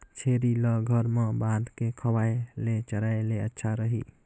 छेरी ल घर म बांध के खवाय ले चराय ले अच्छा रही?